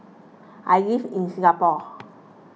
I live in Singapore